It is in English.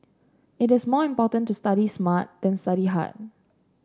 it is more important to study smart than study hard